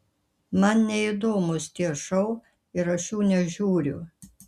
man neįdomūs tie šou ir aš jų nežiūriu